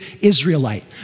Israelite